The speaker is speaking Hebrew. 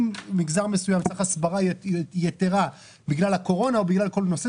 אם מגזר מסוים צריך הסברה יתרה בגלל הקורונה או בגלל כל נושא,